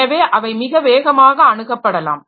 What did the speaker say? எனவே அவை மிக வேகமாக அணுகப்படலாம்